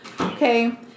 Okay